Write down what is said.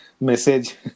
message